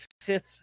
fifth